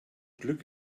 glück